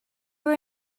were